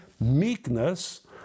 meekness